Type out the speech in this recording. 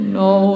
no